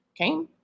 okay